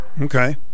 Okay